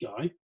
guy